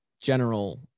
general